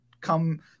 come